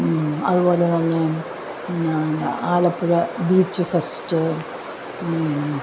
അതുപോലെ തന്നെ പിന്നെ ആലപ്പുഴ ബീച്ച് ഫസ്റ്റ്